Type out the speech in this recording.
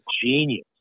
genius